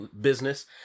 business